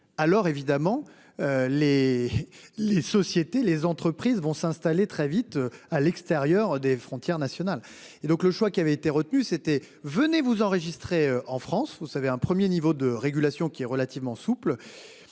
Alors évidemment. Les les sociétés, les entreprises vont s'installer très vite à l'extérieur des frontières nationales, et donc le choix qui avait été retenue c'était venez vous enregistrer en France vous savez un 1er niveau de régulation qui est relativement souple.